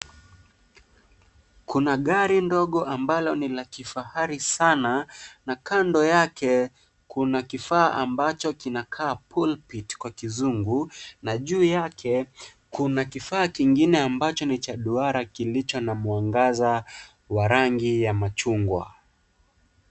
Kuna gari ndogo ambalo ni la kifahari sana na kando yake kuna kifaa ambacho kinakaa pulpit kwaekizungu, na juu yake kuna kifaa kingine ambacho ni cha duara kilicho na mwangaza wa rangi ya machungwa.